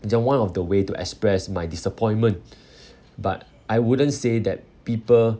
just one of the way to express my disappointment but I wouldn't say that people